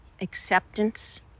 acceptance